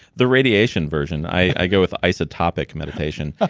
the radiation version. i go with isotopic meditation.